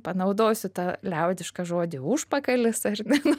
panaudosiu tą liaudišką žodį užpakalis ar ne nu